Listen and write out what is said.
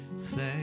thank